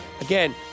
Again